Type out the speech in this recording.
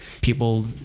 people